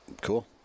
cool